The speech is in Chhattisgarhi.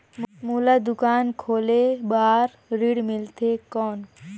मोला दुकान खोले बार ऋण मिलथे कौन?